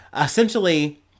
Essentially